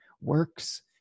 works